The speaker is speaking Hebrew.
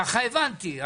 ככה הבנתי.